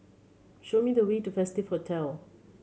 show me the way to Festive Hotel